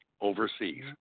overseas